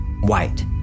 white